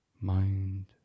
Mind